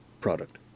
product